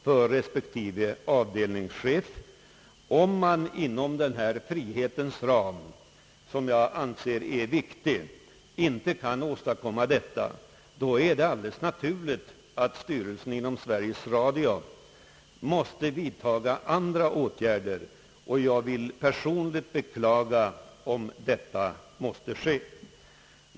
Om man alltså inte kan inom ramen för den enligt min mening angelägna friheten åstadkomma att reglerna respekteras, då är det alldeles naturligt att styrelsen för Sveriges Radio måste vidtaga andra åtgärder. Jag vill personligen beklaga, om en sådan utveckling blir ofrånkomlig.